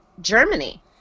Germany